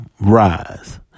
rise